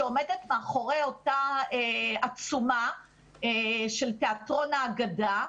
שעומדת מאחורי אותה עצומה של תיאטרון האגדה,